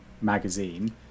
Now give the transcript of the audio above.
magazine